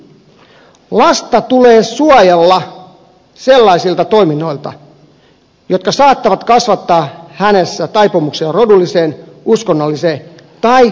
lasta tulee suojella sellaisilta toiminnoilta jotka saattavat kasvattaa hänessä taipumuksia rodulliseen uskonnolliseen tai muunlaiseen syrjintään